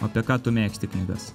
apie ką tu mėgsti knygas